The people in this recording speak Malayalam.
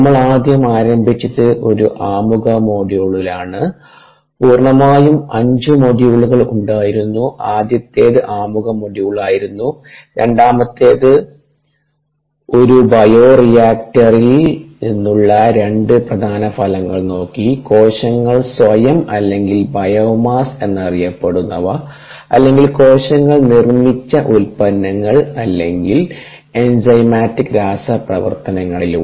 നമ്മൾ ആദ്യം ആരംഭിച്ചത് ഒരു ആമുഖ മൊഡ്യൂളിലാണ് പൂർണ്ണമായും അഞ്ച് മൊഡ്യൂളുകൾ ഉണ്ടായിരുന്നു ആദ്യത്തേത് ആമുഖ മൊഡ്യൂളായിരുന്നു രണ്ടാമത്തേത് ഒരു ബയോ റിയാക്ടറിൽ നിന്നുള്ള രണ്ട് പ്രധാന ഫലങ്ങൾ നോക്കി കോശങ്ങൾ സ്വയം അല്ലെങ്കിൽ ബയോമാസ് എന്നറിയപ്പെടുന്നവ അല്ലെങ്കിൽ കോശങ്ങൾ നിർമ്മിച്ച ഉൽപ്പന്നങ്ങൾ അല്ലെങ്കിൽ എൻസൈമാറ്റിക് രാസപ്രവർത്തനങ്ങളിലൂടെ